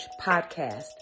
podcast